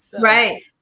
Right